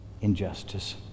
injustice